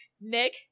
Nick